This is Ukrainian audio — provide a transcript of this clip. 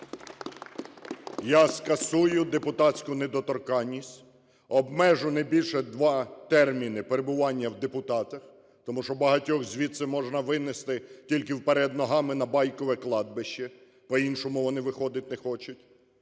Я скасую депутатську недоторканність, обмежу не більше два терміни перебування в депутатах, тому що багатьох звідси можна винести тільки вперед ногами на Байкове кладбище, по-іншому вони виходити не хочуть,